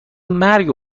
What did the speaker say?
مرگ